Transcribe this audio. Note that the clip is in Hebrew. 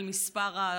על מספר התרומות,